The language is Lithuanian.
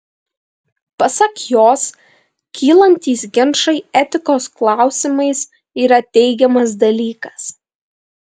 pasak jos kylantys ginčai etikos klausimais yra teigiamas dalykas